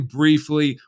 briefly